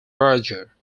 berger